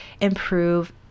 improve